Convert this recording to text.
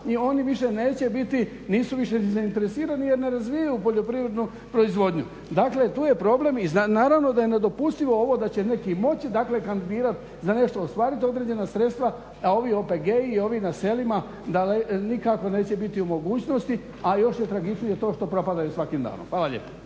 i oni više neće biti, nisu više ni zainteresirani jer ne razvijaju poljoprivrednu proizvodnju. Dakle, tu je problem i naravno da je nedopustivo ovo da će neki moći dakle kandidirati za nešto ostvariti, određena sredstva, a ovi OPG-i i ovi na selima da nikako neće biti u mogućnosti. A još je tragičnije to što propadaju svakim danom. Hvala lijepa.